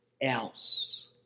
else